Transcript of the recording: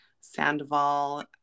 sandoval